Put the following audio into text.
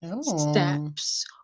steps